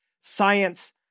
Science